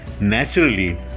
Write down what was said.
naturally